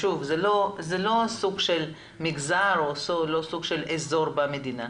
זה לא סוג של מגזר ולא סוג של אזור במדינה.